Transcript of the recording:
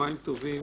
צהרים טובים,